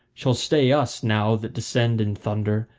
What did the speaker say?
shall stay us now that descend in thunder,